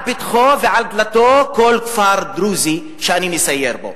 על פתחו ועל דלתו של כל כפר דרוזי שאני מסייר בו.